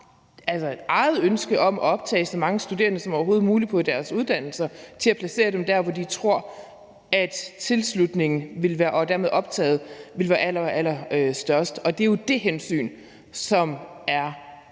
har et eget ønske om at optage så mange studerende som overhovedet muligt på deres uddannelser, at placere dem der, hvor de tror at tilslutningen og dermed optaget vil være allerallerstørst. Det er jo det hensyn, som er